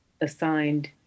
assigned